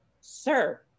sir